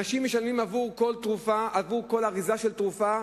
אנשים משלמים על כל אריזה של תרופה,